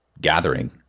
Gathering